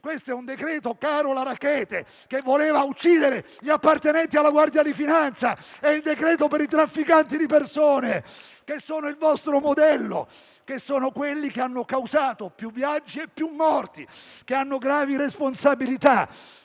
Questo è un decreto Carola Rackete, che voleva uccidere gli appartenenti alla Guardia di finanza. È il decreto per i trafficanti di persone, che sono il vostro modello, quelli che hanno causato più viaggi e più morti, che hanno gravi responsabilità.